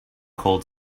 cold